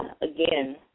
again